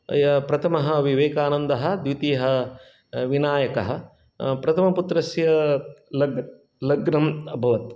प्रथमः विवेकानन्दः द्वितीयः विनायकः प्रथमपुत्रस्य लग् लग्नम् अभवत्